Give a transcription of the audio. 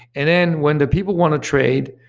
and then when the people want to trade,